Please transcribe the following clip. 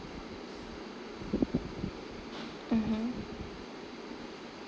mmhmm